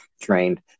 trained